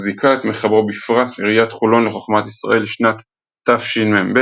זיכה את מחברו בפרס עיריית חולון לחכמת ישראל לשנת תשמ"ב